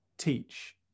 teach